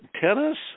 tennis